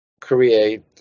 create